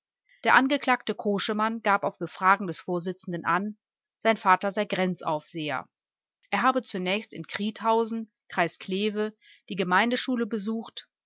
der angeklagte koschemann gab auf befragen des vorsitzenden an sein vater sei grenzaufseher er habe zunächst in kriedhausen kreis cleve die gemeindeschule besucht